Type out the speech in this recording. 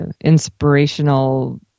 inspirational